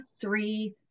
three